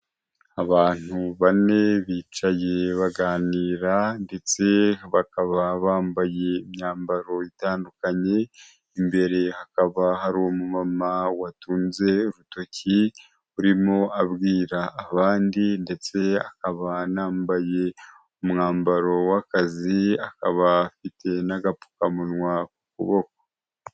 Abantu bane bicaye baganira ndetse bakaba bambaye imyambaro itandukanye, imbere hakaba hari umu mama watunze urutoki urimo abwira abandi ndetse akaba anambaye umwambaro w'akazi, akaba afite n'agapfukamunwa ku kuboko.